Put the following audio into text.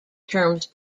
terms